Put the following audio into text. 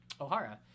Ohara